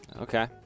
Okay